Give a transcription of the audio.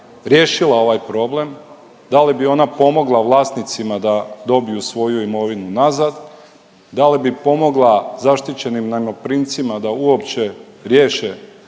riješila ovaj problem, da li bi ona pomogla vlasnicima da dobiju svoju imovinu nazad, da li bi pomogla zaštićenim najmoprimcima da uopće riješe